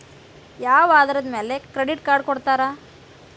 ಯಾವ ಆಧಾರದ ಮ್ಯಾಲೆ ಕ್ರೆಡಿಟ್ ಕಾರ್ಡ್ ಕೊಡ್ತಾರ?